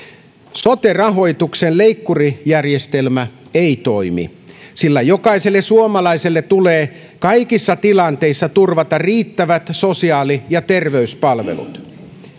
sote rahoituksen leikkurijärjestelmä ei toimi sillä jokaiselle suomalaiselle tulee kaikissa tilanteissa turvata riittävät sosiaali ja terveyspalvelut